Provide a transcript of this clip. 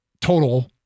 total